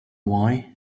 why